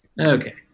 Okay